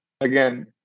again